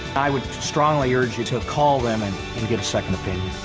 i would strongly urge you to call them and and get a second opinion.